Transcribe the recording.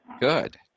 Good